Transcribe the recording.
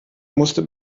musste